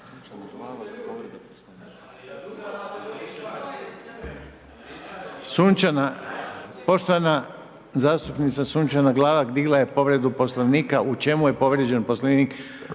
Poštovana zastupnica Sunčana Glavak, digla je povreda poslovnika, u čemu je povrijeđen poslovnik,